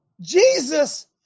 jesus